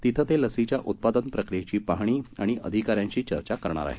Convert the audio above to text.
तिथं ते लसीच्या उत्पादन प्रक्रियेची पाहणी आणि अधिकाऱ्यांशी चर्चा करणार आहेत